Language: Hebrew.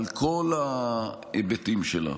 על כל ההיבטים שלה,